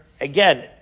again